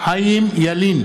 חיים ילין,